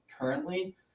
currently